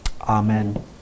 Amen